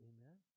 Amen